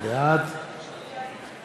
בעד